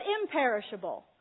imperishable